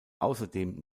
außerdem